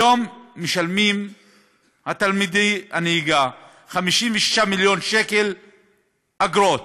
היום משלמים תלמידי נהיגה 56 מיליון שקל אגרות.